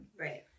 Right